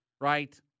right